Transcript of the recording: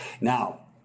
now